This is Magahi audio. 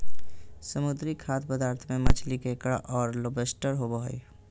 समुद्री खाद्य पदार्थ में मछली, केकड़ा औरो लोबस्टर होबो हइ